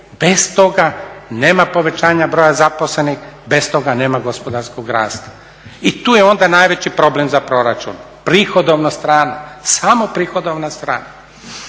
bez toga nema povećanja broja zaposlenih, bez toga nema gospodarskog rasta. I tu je onda najveći problem za proračun prihodovna strana, samo prihodovna strana.